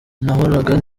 nahoraga